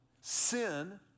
sin